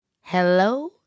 Hello